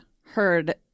heard